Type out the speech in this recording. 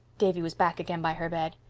davy was back again by her bed.